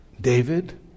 David